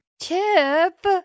Chip